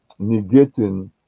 negating